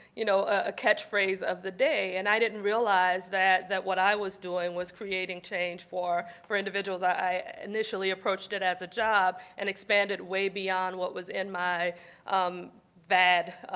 you know, a catch phrase of the day, and i didn't realize that that what i was doing was creating change for for individuals. i initially approached it as a job and expanded way beyond what was in my vad,